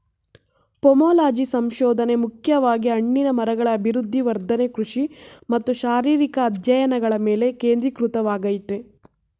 pomology ಸಂಶೋಧನೆ ಮುಖ್ಯವಾಗಿ ಹಣ್ಣಿನ ಮರಗಳ ಅಭಿವೃದ್ಧಿ ವರ್ಧನೆ ಕೃಷಿ ಮತ್ತು ಶಾರೀರಿಕ ಅಧ್ಯಯನಗಳ ಮೇಲೆ ಕೇಂದ್ರೀಕೃತವಾಗಯ್ತೆ